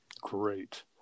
Great